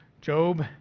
job